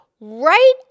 right